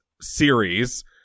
series